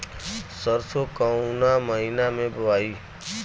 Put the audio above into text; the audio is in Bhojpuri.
सरसो काउना महीना मे बोआई?